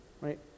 right